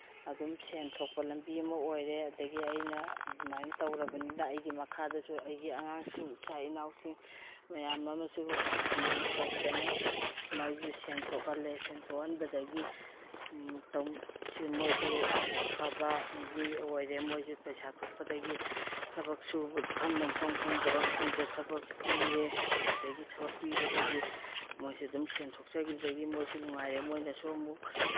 ꯑꯗꯨꯝ ꯁꯦꯟ ꯊꯣꯛꯄ ꯂꯝꯕꯤ ꯑꯃ ꯑꯣꯏꯔꯦ ꯑꯗꯒꯤ ꯑꯩꯅ ꯑꯗꯨꯃꯥꯏꯅ ꯇꯧꯔꯕꯅꯤꯅ ꯑꯩꯒꯤ ꯃꯈꯥꯗꯁꯨ ꯑꯩꯒꯤ ꯑꯉꯥꯡꯁꯤꯡ ꯏꯆꯥ ꯏꯅꯥꯎꯁꯤꯡ ꯃꯌꯥꯝ ꯑꯃꯁꯨ ꯑꯗꯨꯃꯥꯏꯅ ꯇꯧꯗꯅ ꯃꯣꯏꯁꯨ ꯁꯦꯟ ꯊꯣꯛꯍꯜꯂꯦ ꯁꯦꯟ ꯊꯣꯛꯍꯟꯕꯗꯒꯤ ꯁꯤ ꯃꯣꯏꯁꯨ ꯑꯐꯕ ꯃꯤ ꯑꯣꯏꯔꯦ ꯃꯣꯏꯁꯨ ꯄꯩꯁꯥ ꯊꯣꯛꯄꯗꯒꯤ ꯊꯕꯛ ꯁꯨꯕꯝ ꯅꯣꯝꯐꯝ ꯈꯪꯗꯕꯁꯤꯡꯗꯣ ꯊꯕꯛ ꯄꯤꯔꯦ ꯑꯗꯒꯤ ꯊꯕꯛ ꯄꯤꯕꯗꯒꯤ ꯃꯣꯏꯁꯨ ꯑꯗꯨꯝ ꯁꯦꯟ ꯊꯣꯛꯆꯈꯤꯕꯗꯒꯤ ꯃꯣꯏꯁꯨ ꯅꯨꯡꯉꯥꯏꯔꯦ ꯃꯣꯏꯅꯁꯨ ꯑꯃꯨꯛ